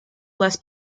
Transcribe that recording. less